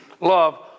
love